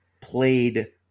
played